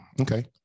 Okay